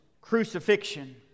crucifixion